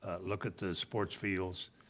ah look at the sports fields,